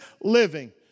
living